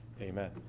Amen